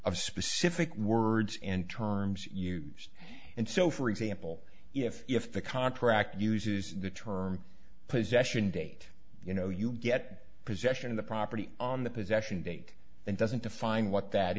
of specific words and terms use and so for example if if the contract uses the term possession date you know you get possession of the property on the possession date and doesn't define what that